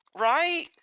right